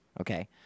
okay